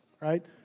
right